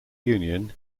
union